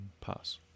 pass